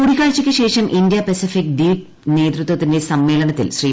കൂടിക്കാഴ്ചയ്ക്ക് ശേഷം ഇന്ത്യ പസഫിക് ദ്വീപ് നേതൃത്വത്തിന്റെ സമ്മേളനത്തിൽ ശ്രീ